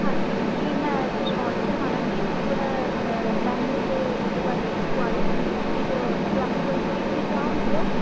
ਹਾਂਜੀ ਜੀ ਮੈਂ ਕੁਛ ਆਰਡਰ ਕਰਵਾਉਣਾ ਸੀ ਥੋੜ੍ਹਾ ਮੇਨੂ ਅਤੇ ਉਹਦੇ ਬਾਰੇ ਕਿਊਰੀ ਸੀਗੀ ਵੀ ਤਾਂ ਆਪਣੇ ਕੋਲ ਕਿਹੜੇ ਕਿਹੜੇ ਚਾਹ ਹੁੰਦੀ ਆ